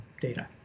data